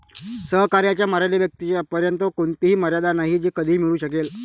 सहकार्याच्या मर्यादेपर्यंत कोणतीही मर्यादा नाही जी कधीही मिळू शकेल